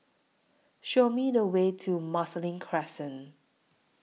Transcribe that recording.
Show Me The Way to Marsiling Crescent